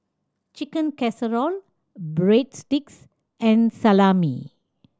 Chicken Casserole Breadsticks and Salami